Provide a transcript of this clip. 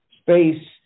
space